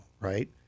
right